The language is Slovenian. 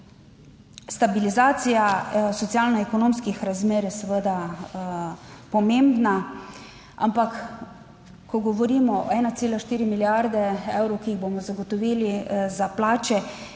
Stabilizacija socialno ekonomskih razmer je seveda pomembna, ampak ko govorimo o 1,4 milijarde evrov, ki jih bomo zagotovili za plače,